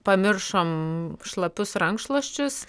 pamiršom šlapius rankšluosčius